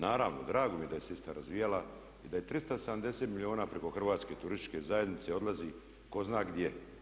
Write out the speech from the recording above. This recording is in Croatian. Naravno, drago mi je da je … razvijala i da je 370 milijuna preko Hrvatske turističke zajednice odlazi tko zna gdje.